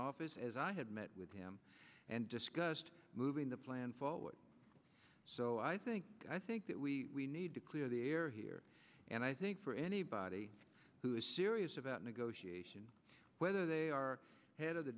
office as i had met with him and discussed moving the plan forward so i think i think that we need to clear the air here and i think for anybody who is serious about negotiation whether they are head of the